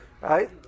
Right